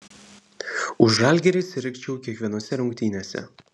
už žalgirį sirgčiau kiekvienose rungtynėse